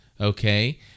Okay